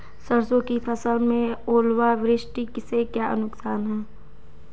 सरसों की फसल में ओलावृष्टि से क्या नुकसान है?